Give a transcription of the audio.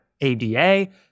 ADA